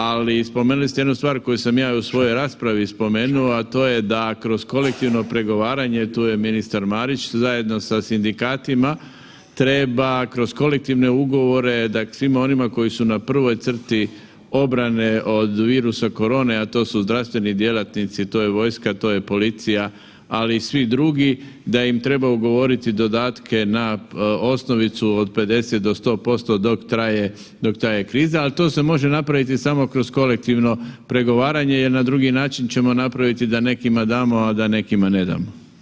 Ali spomenuli ste jednu stvar koju sam ja i u svojoj raspravi spomenuo, a to je da kroz kolektivno pregovaranje, tu je ministar Marić, zajedno sa sindikatima treba kroz kolektivne ugovore, dakle svima onima koji su na prvoj crti obrane od virusa korone, a to su zdravstveni djelatnici, to je vojska, to je policija, ali i svi drugi, da im treba ugovoriti dodatke na osnovicu od 50 do 100% dok traje, dok traje kriza, al to se može napraviti samo kroz kolektivno pregovaranje jer na drugi način ćemo napraviti da nekima damo, a da nekima ne damo.